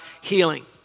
healing